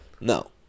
No